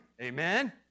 Amen